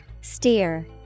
Steer